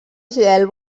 gel